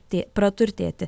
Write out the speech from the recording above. tai praturtėti